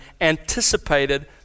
anticipated